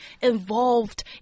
involved